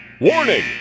Warning